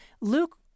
Luke